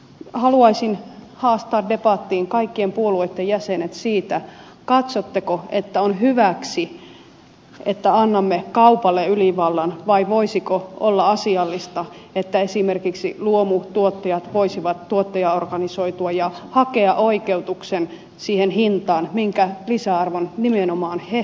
haluaisin haastaa debattiin kaikkien puolueitten jäsenet siitä katsotteko että on hyväksi että annamme kaupalle ylivallan vai voisiko olla asiallista että esimerkiksi luomutuottajat voisivat tuottajina organisoitua ja hakea oikeutuksen siihen hintaan minkä lisäarvon nimenomaan he tuottavat